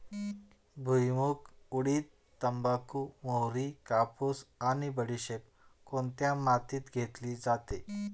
भुईमूग, उडीद, तंबाखू, मोहरी, कापूस आणि बडीशेप कोणत्या मातीत घेतली जाते?